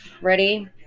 ready